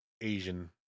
Asian